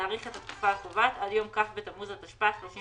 להאריך את התקופה הקובעת עד יום כ' בתמוז התשפ"א (30